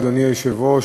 אדוני היושב-ראש,